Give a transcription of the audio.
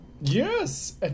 Yes